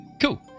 Cool